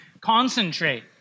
Concentrate